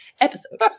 episode